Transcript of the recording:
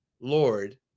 Lord